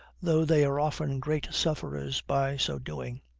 though they are often great sufferers by so doing.